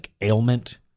ailment